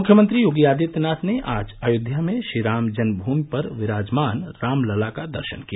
मुख्यमंत्री योगी आदित्यनाथ ने आज अयोध्या में श्री राम जन्मभूमि पर विराजमान रामलला का दर्शन किया